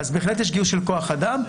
בהחלט יש גיוס של כוח אדם.